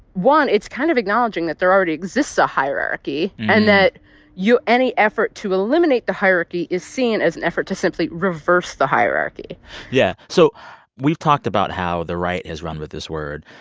one it's kind of acknowledging that there already exists a hierarchy and that you any effort to eliminate the hierarchy is seen as an effort to simply reverse the hierarchy yeah. so we've talked about how the right has run with this word,